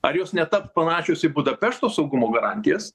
ar jos netaps panašios į budapešto saugumo garantijas